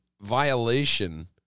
violation